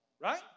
Right